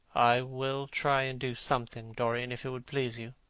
i will try and do something, dorian, if it would please you.